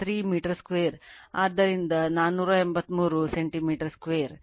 0483 metre 2 ಆದ್ದರಿಂದ 483 centimetre 2